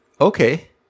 Okay